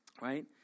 right